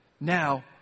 Now